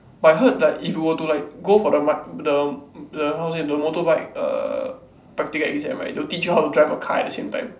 but I heard like if you were to like go for the the the how to say the motorbike err practical exam right they will teach you how to drive a car at the same time